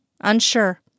unsure